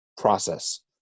process